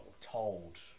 told